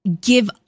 give